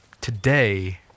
today